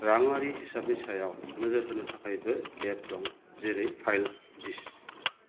राङारि हिसाबनि सायाव नोजोर होनो थाखायबो एप दं जेरै फाइल दिस